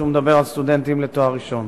שהוא מדבר על סטודנטים לתואר ראשון.